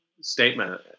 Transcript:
statement